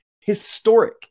historic